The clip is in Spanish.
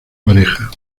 pareja